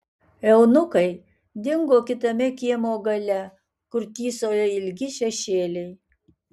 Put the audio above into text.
eunuchai dingo kitame kiemo gale kur tįsojo ilgi šešėliai